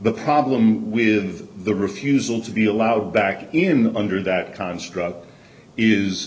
the problem with the refusal to be allowed back in under that construct is